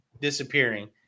disappearing